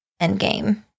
Endgame